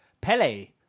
Pele